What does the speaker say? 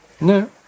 No